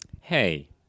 Hey